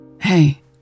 Hey